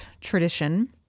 tradition